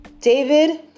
David